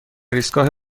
ایستگاه